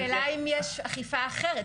השאלה היא אם יש אכיפה אחרת.